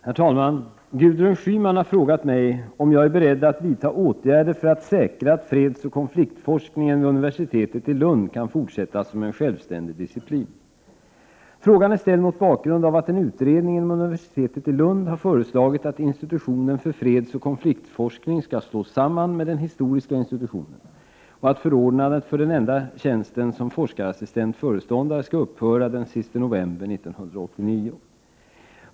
Herr talman! Gudrun Schyman har frågat mig om jag är beredd att vidta åtgärder för att säkra att fredsoch konfliktforskningen vid universitetet i Lund kan fortsätta som en självständig disciplin. Frågan är ställd mot bakgrund av att en utredning inom universitetet i Lund har föreslagit att institutionen för fredsoch konfliktforskning skall slås samman med den historiska institutionen och att förordnandet för den enda tjänsten som forskarassistent/föreståndare skall upphöra den 30 november 1989.